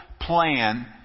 plan